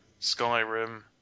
Skyrim